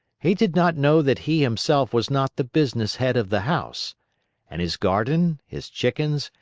he did not know that he himself was not the business head of the house and his garden, his chickens,